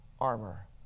armor